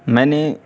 میں نے